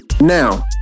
Now